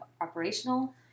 operational